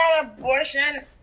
abortion